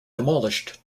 demolished